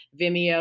Vimeo